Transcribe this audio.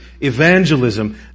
evangelism